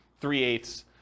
three-eighths